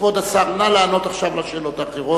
כבוד השר, נא לענות עכשיו על השאלות האחרות.